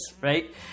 right